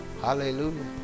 Hallelujah